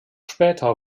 später